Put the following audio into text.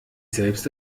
selbst